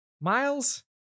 miles